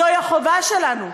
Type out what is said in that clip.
זו החובה שלנו.